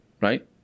right